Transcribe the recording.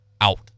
out